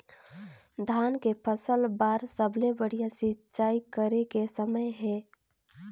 धान के फसल बार सबले बढ़िया सिंचाई करे के समय हे?